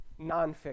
nonfiction